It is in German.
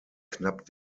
knapp